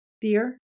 dear